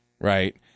right